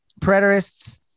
preterists